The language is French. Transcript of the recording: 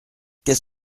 qu’est